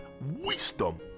wisdom